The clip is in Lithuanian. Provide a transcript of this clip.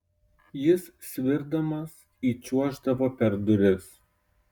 jis svirdamas įčiuoždavo per duris